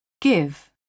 give